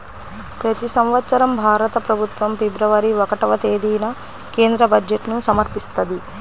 ప్రతి సంవత్సరం భారత ప్రభుత్వం ఫిబ్రవరి ఒకటవ తేదీన కేంద్ర బడ్జెట్ను సమర్పిస్తది